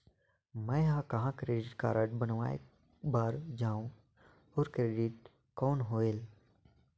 मैं ह कहाँ क्रेडिट कारड बनवाय बार जाओ? और क्रेडिट कौन होएल??